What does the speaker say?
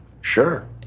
Sure